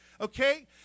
Okay